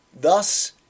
Thus